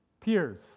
peers